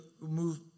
move